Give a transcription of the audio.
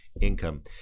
income